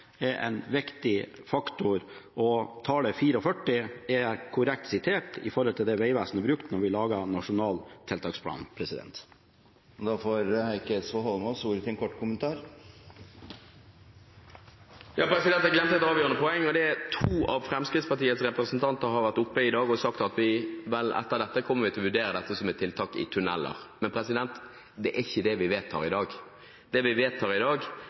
er en viktig faktor, og tallet 44 pst. er korrekt sitert fra det Vegvesenet brukte da vi laget Nasjonal tiltaksplan. Representanten Heikki Eidsvoll Holmås har hatt ordet to ganger tidligere og får ordet til en kort merknad, begrenset til 1 minutt. Jeg glemte et avgjørende poeng, og det er: To av fremskrittspartirepresentantene har vært oppe på talerstolen i dag og sagt at de etter dette kommer til å vurdere dette som et tiltak i tunneler. Men det er ikke det vi vedtar i dag. Det vi vedtar i dag,